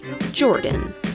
Jordan